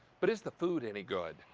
but is the food any good?